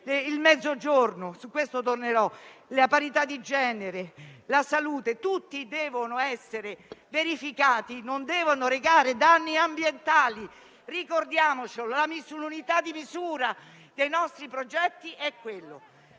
sul Mezzogiorno, su cui tornerò, sulla parità di genere, sulla salute) deve essere verificato, non deve arrecare danni ambientali. Ricordiamoci che l'unità di misura dei nostri progetti è quella.